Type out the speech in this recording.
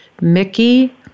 Mickey